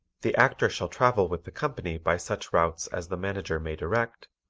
the actor shall travel with the company by such routes as the manager may direct,